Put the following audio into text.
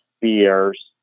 beers